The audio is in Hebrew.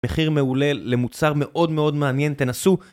מחיר מעולה למוצר מאוד מאוד מעניין, תנסו.